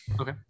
okay